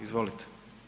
Izvolite.